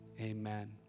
Amen